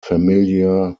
familiar